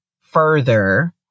further